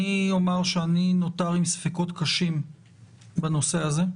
אני אומר שאני נותר עם ספקות קשים בנושא הזה.